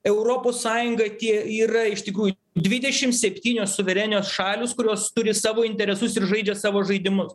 europos sąjunga tie yra iš tikrųjų dvidešim septynios suverenios šalys kurios turi savo interesus ir žaidžia savo žaidimus